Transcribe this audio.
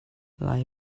lai